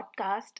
podcast